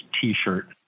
t-shirt